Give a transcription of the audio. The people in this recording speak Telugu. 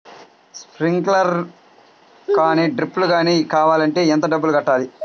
స్ప్రింక్లర్ కానీ డ్రిప్లు కాని కావాలి అంటే ఎంత డబ్బులు కట్టాలి?